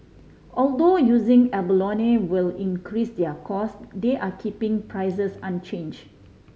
although using abalone will increase their cost they are keeping prices unchange